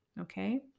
okay